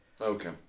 Okay